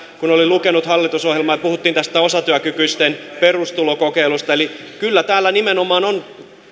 kun oli lukenut hallitusohjelmaa että puhuttiin tästä osatyökykyisten perustulokokeilusta eli kyllä täällä nimenomaan on